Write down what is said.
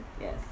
Yes